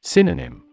Synonym